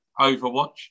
overwatch